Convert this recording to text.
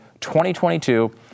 2022